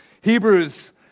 Hebrews